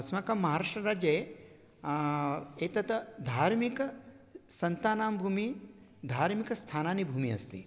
अस्माकं महाराष्ट्रराज्ये एतत् धार्मिकसन्तानां भूमिः धार्मिकस्थानानि भूमिः अस्ति